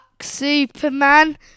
Superman